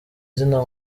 izina